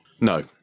No